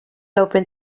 open